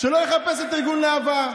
שלא יחפש את ארגון להב"ה.